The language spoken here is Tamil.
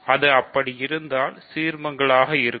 அது அப்படி இருந்தால் சீர்மங்களாக இருக்கும்